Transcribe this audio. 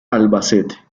albacete